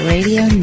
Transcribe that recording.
Radio